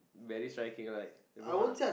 very striking right I don't want ah